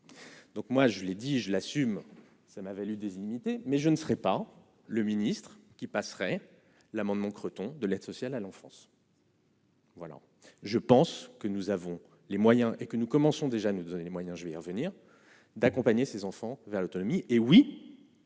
Donc moi je l'ai dit, je l'assume, ça m'a valu des inimitiés, mais je ne serai pas le ministre qui passerait l'amendement Creton de l'aide sociale à l'enfance. Voilà, je pense que nous avons les moyens et que nous commençons déjà nous donner les moyens, je vais y revenir d'accompagner ses enfants vers l'autonomie, hé oui,